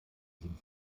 sind